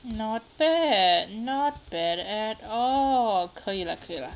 not bad not bad at all 可以了可以 lah